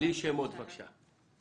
בלי שמות בבקשה.